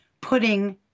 putting